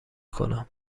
کنم